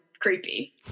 creepy